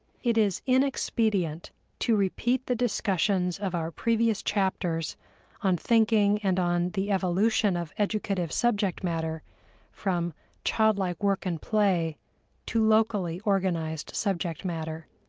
it is inexpedient to repeat the discussions of our previous chapters on thinking and on the evolution of educative subject matter from childlike work and play to logically organized subject matter.